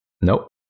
Nope